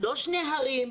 לא שני הרים,